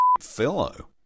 fellow